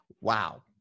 Wow